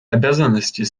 обязанностей